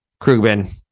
Krugman